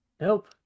nope